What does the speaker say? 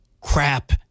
crap